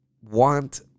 want